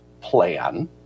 plan